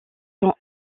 sont